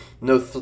No